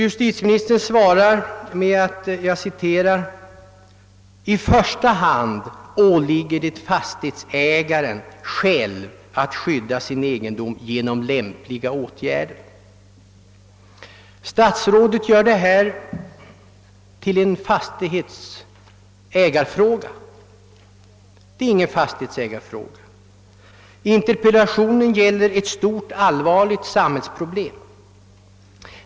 Justitieministern svarar: »I första hand åligger det fastighetsägaren själv att skydda sin egendom genom lämpliga åtgärder.» Statsrådet gör detta till en fastighetsägarfråga, men det är ingen fastighetsägarfråga. Interpellationen handlar om ett stort, allvarligt samhällsproblem.